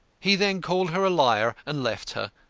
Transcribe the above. he then called her a liar and left her,